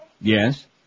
Yes